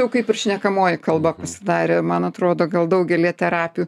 jau kaip ir šnekamoji kalba pasidarė man atrodo gal daugelyje terapijų